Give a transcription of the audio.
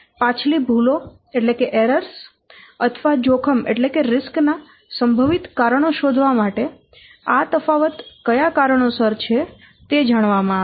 પછી ભૂલો અથવા જોખમ ના સંભવિત કારણો શોધવા માટે આ તફાવત કયા કારણોસર છે તે જાણવામાં આવે છે